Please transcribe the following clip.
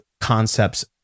concepts